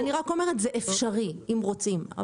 אני רק אומרת זה אפשרי אם רוצים.